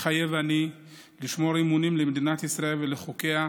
מתחייב לשמור אמונים למדינת ישראל ולחוקיה,